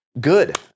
Good